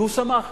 והוא שמח.